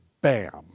BAM